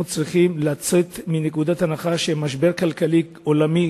אנחנו צריכים לצאת מנקודת הנחה שמשבר כלכלי עולמי